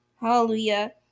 Hallelujah